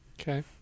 Okay